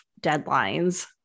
deadlines